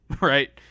Right